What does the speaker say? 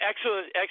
Excellent